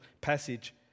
passage